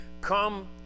come